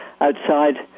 outside